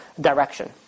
direction